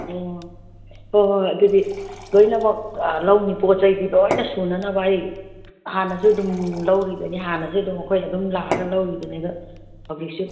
ꯑꯣ ꯍꯣꯏ ꯍꯣꯏ ꯑꯗꯨꯗꯤ ꯂꯣꯏꯅꯃꯛ ꯂꯧꯅꯤ ꯄꯣꯠꯆꯩꯗꯤ ꯂꯣꯏꯅ ꯁꯨꯅꯅꯕ ꯑꯩ ꯍꯥꯟꯅꯁꯨ ꯑꯗꯨꯝ ꯂꯧꯔꯤꯗꯨꯅꯤ ꯍꯥꯟꯅꯁꯨ ꯑꯗꯨꯝ ꯑꯩꯈꯣꯏ ꯑꯗꯨꯝ ꯂꯥꯛꯑꯒ ꯂꯧꯔꯤꯗꯨꯅꯤ ꯑꯗ ꯍꯧꯖꯤꯛꯁꯤ